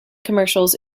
commercials